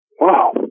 wow